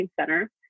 Center